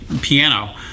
piano